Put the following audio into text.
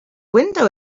window